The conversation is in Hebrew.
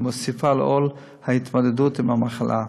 ומוסיפה לעול ההתמודדות עם המחלה.